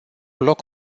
loc